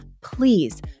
please